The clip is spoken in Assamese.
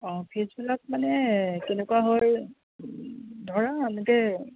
অঁ ফিজবিলাক মানে কেনেকুৱা হয় ধৰা এনেকৈ